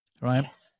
right